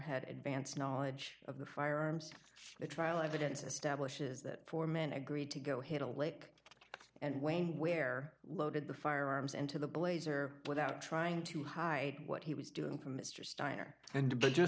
had advance knowledge of the firearms the trial evidence establishes that four men agreed to go hit a lick and wayne where loaded the firearms into the blazer without trying to hide what he was doing for mr steiner and